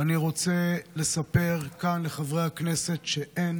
אני רוצה לספר כאן לחברי הכנסת שאין